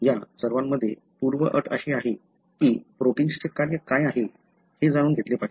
या सर्वांमध्ये पूर्वअट अशी आहे की प्रोटिन्सचे कार्य काय आहे हे जाणून घेतले पाहिजे